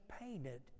painted